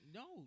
no